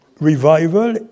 Revival